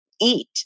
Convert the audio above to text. eat